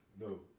No